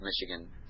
michigan